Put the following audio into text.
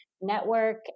network